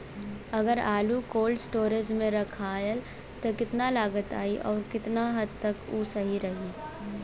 अगर आलू cold storage में रखायल त कितना लागत आई अउर कितना हद तक उ सही रही?